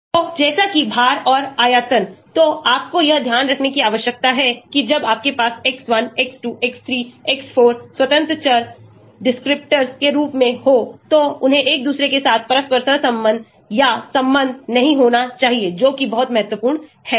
तोजैसे कि भार और आयतनतो आपको यह ध्यान रखने की आवश्यकता है कि जब आपके पास x1 x2 x3 x4 स्वतंत्र चर descriptors के रूप में हों तो उन्हें एक दूसरे के साथ परस्पर सहसंबंध या संबंध नहीं होना चाहिए जो कि बहुत महत्वपूर्ण है